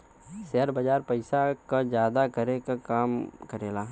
share बाजार पइसा क जादा करे क काम करेला